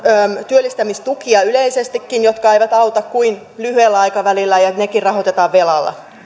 työllistämistukia yleisestikin jotka eivät auta kuin lyhyellä aikavälillä ja ja nekin rahoitetaan velalla